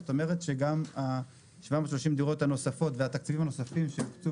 כלומר שגם 730 הדירות הנוספות והתקציבים הנוספים שהוקצו